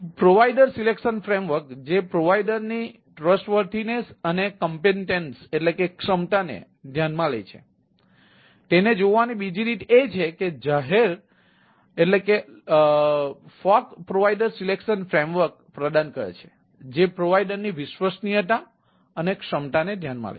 provider પસંદગી માળખું પ્રદાન કરે છે જે પ્રોવાઇડરની વિશ્વસનીયતા અને ક્ષમતાને ધ્યાનમાં લે છે